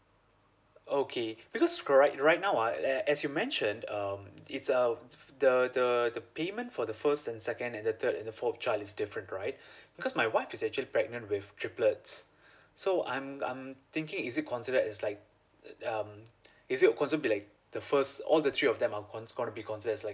okay because correct right now ah eh as you mentioned um it's uh the the the payment for the first and second and the third and fourth child is different right because my wife is actually pregnant with triplets so I'm I'm thinking is it considered as like um is it considered be like the first all the three of them are con gonna be considered as like